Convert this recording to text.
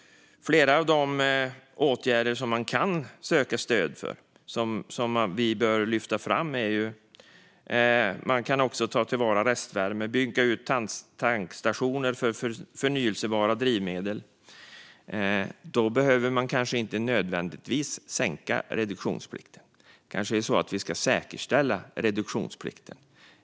Flera av de åtgärder som man kan söka stöd för bör vi lyfta fram. Man kan ta till vara restvärme och bygga ut tankstationer för förnybara drivmedel. Då behöver man kanske inte nödvändigtvis sänka reduktionsplikten. Det kanske är så att vi ska säkerställa reduktionsplikten.